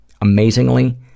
Amazingly